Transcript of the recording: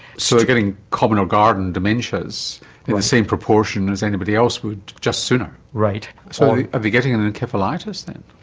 so getting common or garden dementias in the same proportion as anybody else would, just sooner. right. so are they getting an an encephalitis then?